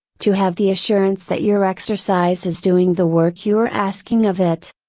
to have the assurance that your exercise is doing the work you are asking of it.